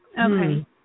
Okay